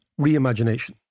reimagination